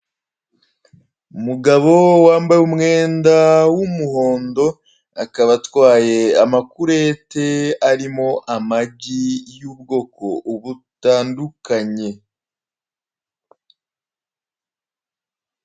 Umugabo wambaye umwenda w'umuhondo akaba atwaye amakurete arimo amagi y'ubwoko butandukanye.